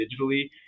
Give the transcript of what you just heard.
digitally